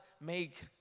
make